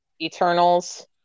Eternals